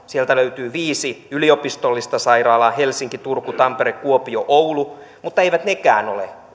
sieltä löytyy viisi yliopistollista sairaalaa helsinki turku tampere kuopio oulu mutta eivät nekään ole